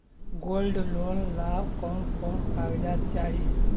Gold loan ला कौन कौन कागजात चाही?